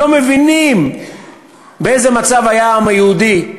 הם לא מבינים באיזה מצב העם היהודי היה,